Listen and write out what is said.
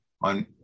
on